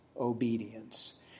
obedience